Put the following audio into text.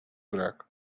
greg